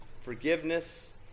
Forgiveness